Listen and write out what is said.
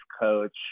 coach